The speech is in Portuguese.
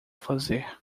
fazer